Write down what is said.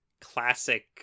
classic